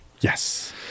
Yes